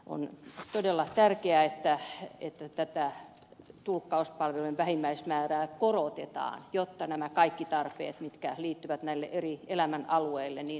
on todella tärkeää että tulkkauspalvelujen vähimmäismäärää korotetaan jotta nämä kaikki tarpeet mitkä liittyvät eri elämänalueille toteutuisivat